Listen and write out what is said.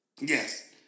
Yes